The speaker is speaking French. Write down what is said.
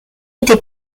été